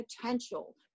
potential